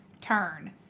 turn